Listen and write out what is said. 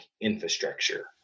infrastructure